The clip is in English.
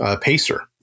PACER